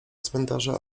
cmentarza